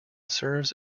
serves